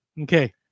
okay